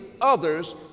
others